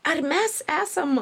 ar mes esam